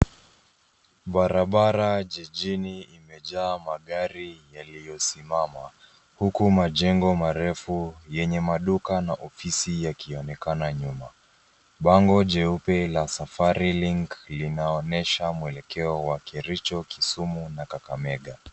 Barabara jijini imejaa magari yaliyosimama, huku majengo marefu yenye maduka na ofisi yakionekana nyuma. Bango jeupe la Safari Link linaonyesha mwelekeo wa Kericho, Kisumu na Kakamega.